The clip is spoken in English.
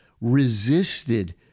resisted